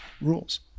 rules